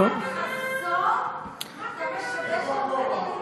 חברת הכנסת קסניה סבטלובה, אינה נוכחת.